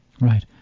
Right